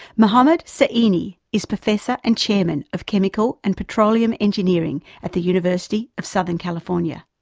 mohammad sahimi is professor and chairman of chemical and petroleum engineering at the university of southern california.